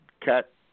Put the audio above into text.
cut